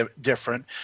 different